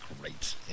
great